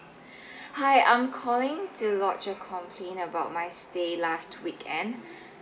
hi I'm calling to lodge a complain about my stay last weekend